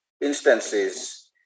instances